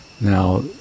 now